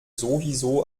sowieso